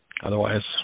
Otherwise